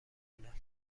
مونم